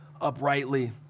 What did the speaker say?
uprightly